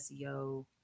SEO